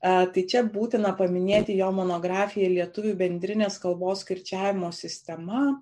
tai ča būtina paminėti jo monografiją lietuvių bendrinės kalbos kirčiavimo sistema